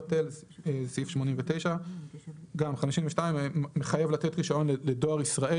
בטל." גם 52 מחייב לתת רישיון לדואר ישראל,